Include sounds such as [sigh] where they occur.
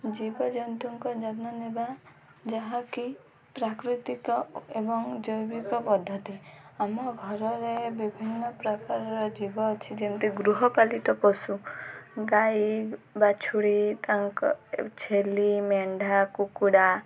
ଜୀବଜନ୍ତୁଙ୍କ ଯତ୍ନ ନେବା ଯାହାକି ପ୍ରାକୃତିକ ଏବଂ [unintelligible] ଜୈବିକ ପଦ୍ଧତି ଆମ ଘରରେ ବିଭିନ୍ନ ପ୍ରକାରର ଜୀବ ଅଛି ଯେମିତି ଗୃହପାଳିତ ପଶୁ ଗାଈ ବାଛୁରୀ ତାଙ୍କ ଛେଳି ମେଣ୍ଢା କୁକୁଡ଼ା